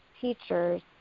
teachers